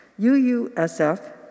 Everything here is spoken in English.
UUSF